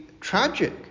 tragic